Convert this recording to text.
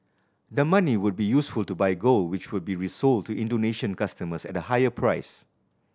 the money would be useful to buy gold which would be resold to Indonesian customers at a higher price